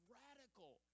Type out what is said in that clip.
radical